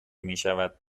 میشود